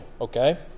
okay